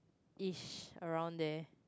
ish around there